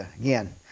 again